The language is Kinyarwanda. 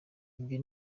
ibyo